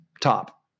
top